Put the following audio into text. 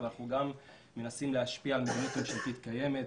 אבל אנחנו מנסים להשפיע על מדיניות ממשלתית קיימת,